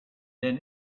then